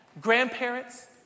grandparents